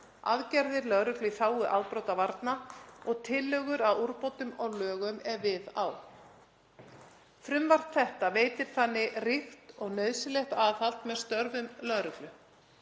aðgerðir lögreglu í þágu afbrotavarna og tillögur að úrbótum á lögum, ef við á. Frumvarp þetta veitir þannig ríkt og nauðsynlegt aðhald með störfum lögreglu,